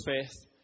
faith